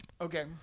Okay